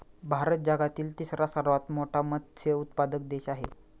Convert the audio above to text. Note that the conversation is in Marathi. भारत जगातील तिसरा सर्वात मोठा मत्स्य उत्पादक देश आहे